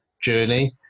journey